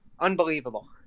unbelievable